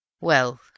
Well